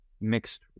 mixed